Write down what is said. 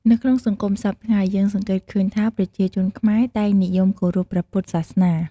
នៅក្នុងសង្គមសព្វថ្ងៃ យើងសង្កេតឃើញថាប្រជាជនខ្មែរតែងនិយមគោរពព្រះពុទ្ធសាសនា។